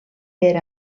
per